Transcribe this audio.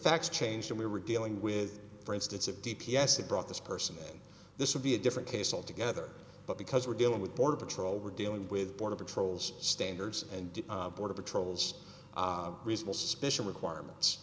facts changed and we were dealing with for instance of d p s that brought this person this would be a different case altogether but because we're dealing with border patrol we're dealing with border patrols standards and border patrols reasonable suspicion requirements